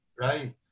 Right